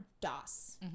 DOS